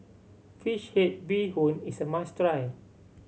fish head bee hoon is a must try